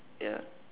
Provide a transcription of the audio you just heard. yeah